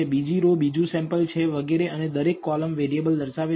બીજી રો બીજું સેમ્પલ છે વગેરે અને દરેક કોલમ વેરિયેબલ દર્શાવે છે